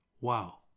Wow